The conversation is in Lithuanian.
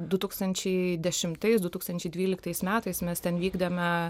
du tūkstančiai dešimtais du tūkstančiai dvyliktais metais mes ten vykdėme